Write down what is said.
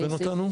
תכוון אותנו.